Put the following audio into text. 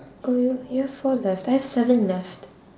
oh you you have four left I have seven left